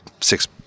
six